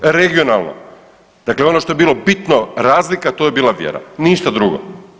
Regionalno, dakle ono što je bilo bitno razlika to je bila vjera, ništa drugo.